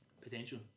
Potential